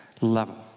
level